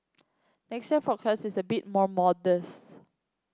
next year forecast is a bit more modest